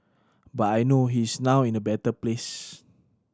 but I know he is now in a better place